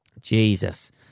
Jesus